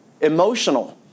emotional